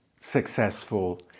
successful